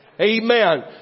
Amen